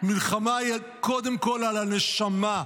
מלחמה היא קודם כול על הנשמה.